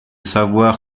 savoir